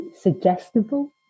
suggestible